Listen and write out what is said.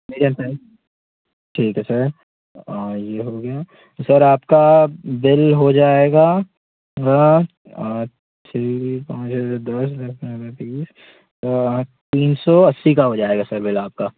middle size ठीक है sir ये हो गया सर आपका बिल हो जाएगा छः पाँच दस दस तीस तीन सौ अस्सी का हो जाएगा सर सर बिल आपका